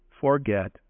forget